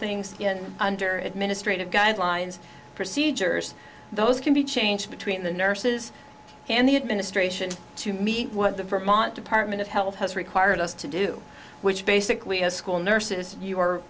things under administrative guidelines procedures those can be changed between the nurses and the administration to meet what the vermont department of health has required us to do which basically is school nurses or a